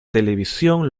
televisión